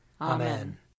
Amen